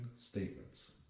statements